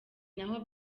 naho